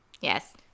Yes